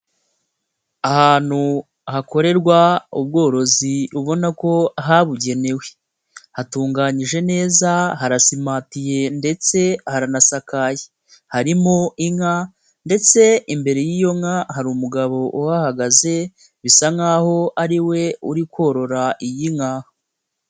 Ahantu hakorerwa ubworozi ubona ko habugenewe, hatunganyijwe neza harasimatiye ndetse haranasakaye, harimo inka ndetse imbere y'iyo nka hari umugabo uhagaze, bisa nk'aho ariwe uri korora iyi nka.